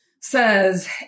says